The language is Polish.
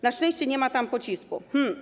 Na szczęście nie ma tam pocisku.